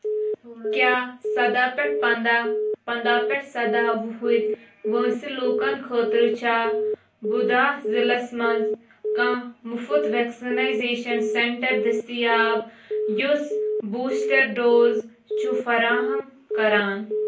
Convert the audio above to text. کیٛاہ سَداہ پٮ۪ٹھ پنداہ پنداہ پٮ۪ٹھ سَداہ وُہٕرۍ وٲنٛسہِ لُکن خٲطرٕ چھا بُدھا ضلعس مَنٛز کانٛہہ مُفٕط ویکسِنایزیشن سینٹر دٔستِیاب یُس بوٗسٹر ڈوز چھُ فراہم کران